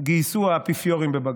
גייסו האפיפיורים בבג"ץ?